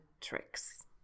tricks